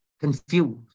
confused